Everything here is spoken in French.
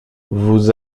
vous